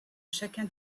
chacun